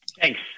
Thanks